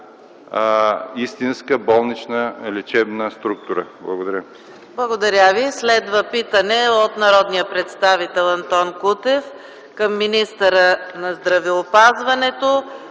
истинска болнична лечебна структура. Благодаря.